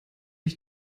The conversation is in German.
ich